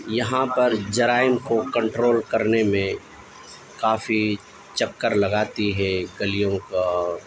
یہاں پر جرائم کو کنٹرول کرنے میں کافی چکر لگاتی ہے گلیوں کا